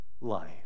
life